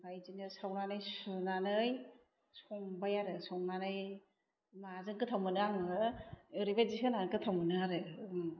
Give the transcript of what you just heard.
ओमफ्राइ बिदिनो सावनानै सुनानै संबाय आरो संनानै माजों गोथाव मोनो आङो ओरैबायदि होन्नानै गोथाव मोनो आरो ओं